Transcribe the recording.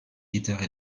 guitare